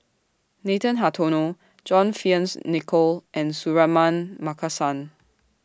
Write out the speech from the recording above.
Nathan Hartono John Fearns Nicoll and Suratman Markasan